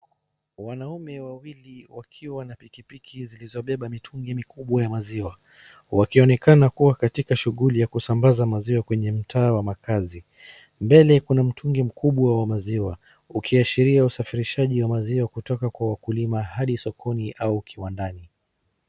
Wanaume wawili wakiwa na pikipiki zilizobeba mitungi mikubwa ya maziwa. Wakionekana kuwa katika shughuli ya kusambaza maziwa kwenye mtaa wa makazi. Mbele kuna mtungi mkubwa wa maziwa ukiashiria usafirishaji wa maziwa kutoka kwa wakulima hadi sokoni au kiwandani.